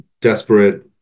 desperate